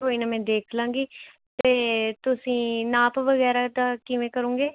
ਕੋਈ ਨਾ ਮੈਂ ਦੇਖ ਲਵਾਂਗੀ ਅਤੇ ਤੁਸੀਂ ਨਾਪ ਵਗੈਰਾ ਦਾ ਕਿਵੇਂ ਕਰੋਂਗੇ